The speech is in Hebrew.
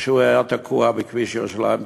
איך הוא היה תקוע בכביש ירושלים תל-אביב.